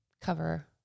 cover